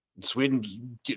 Sweden